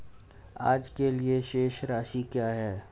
आज के लिए शेष राशि क्या है?